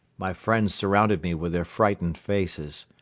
my friends surrounded me with their frightened faces.